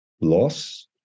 loss